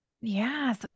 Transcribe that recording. Yes